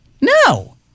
No